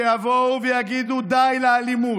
שיבואו ויגידו: די לאלימות,